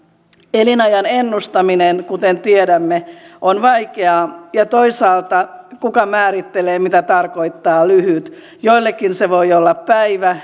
elinajan ennustaminen kuten tiedämme on vaikeaa ja toisaalta kuka määrittelee mitä tarkoittaa lyhyt jollekin se voi olla päivä